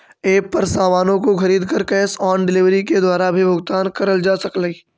app पर सामानों को खरीद कर कैश ऑन डिलीवरी के द्वारा भी भुगतान करल जा सकलई